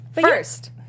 First